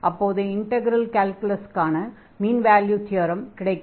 அப்போது இன்டக்ரல் கால்குலஸுக்கான mean value theorem கிடைக்கும்